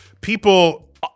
people